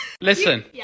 Listen